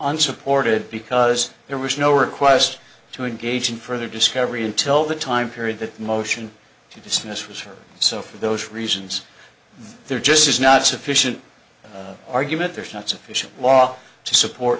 unsupported because there was no request to engage in further discovery until the time period that motion to dismiss was so for those reasons there just is not sufficient argument there's not sufficient law to support